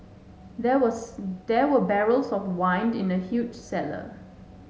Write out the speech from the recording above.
there worse there were barrels of wine in the huge cellar